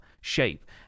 shape